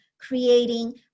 creating